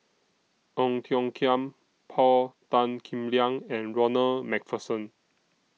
Ong Tiong Khiam Paul Tan Kim Liang and Ronald MacPherson